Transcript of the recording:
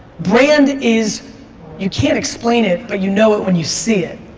brand is you can't explain it but you know it when you see it.